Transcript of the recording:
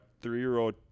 three-year-old